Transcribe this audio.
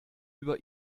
über